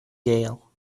gale